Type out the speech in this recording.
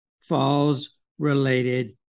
falls-related